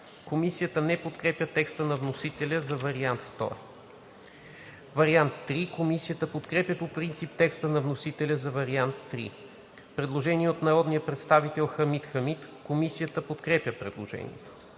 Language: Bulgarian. Комисията не подкрепя текста на вносителя за вариант II. Комисията подкрепя по принцип текста на вносителя за вариант III. Предложение от народния представител Хамид Хамид. Комисията подкрепя предложението.